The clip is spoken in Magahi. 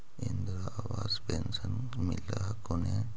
इन्द्रा आवास पेन्शन मिल हको ने?